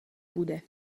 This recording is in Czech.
bude